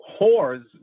whores